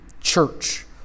church